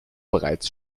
bereits